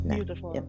Beautiful